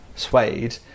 Suede